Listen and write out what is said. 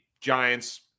giants